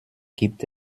gibt